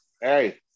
hey